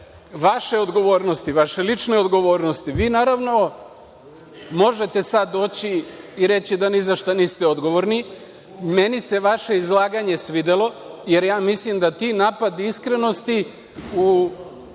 vaše odgovornosti, vaše lične odgovornosti, vi naravno možete sad doći i reći da ni za šta niste odgovorni. Meni se vaše izlaganje svidelo, jer ja mislim da ti napadi iskrenosti u